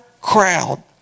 crowd